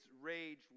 rage